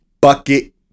bucket